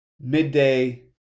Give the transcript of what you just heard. midday